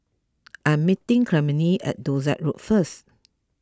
I am meeting Clemmie at Dorset Road first